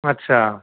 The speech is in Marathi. अच्छा